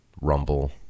rumble